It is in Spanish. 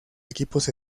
equipos